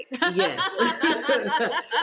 Yes